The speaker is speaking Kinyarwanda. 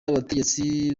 abategetsi